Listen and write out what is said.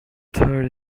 third